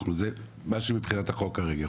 זה מה שמבחינת החוק כרגע,